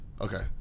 Okay